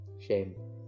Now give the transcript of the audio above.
shame